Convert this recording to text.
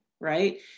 right